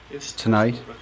Tonight